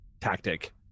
tactic